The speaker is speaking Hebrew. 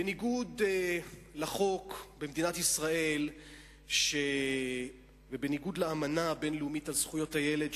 בניגוד לחוק במדינת ישראל ובניגוד לאמנה הבין-לאומית בדבר זכויות הילד,